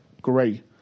great